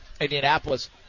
Indianapolis